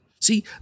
See